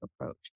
approach